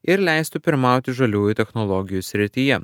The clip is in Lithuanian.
ir leistų pirmauti žaliųjų technologijų srityje